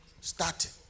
starting